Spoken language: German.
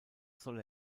soll